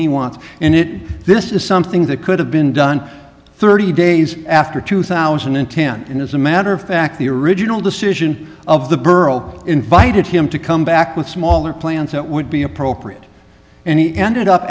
he wants and it this is something that could have been done thirty days after two thousand and ten and as a matter of fact the original decision of the borough invited him to come back with smaller plans that would be appropriate and he ended up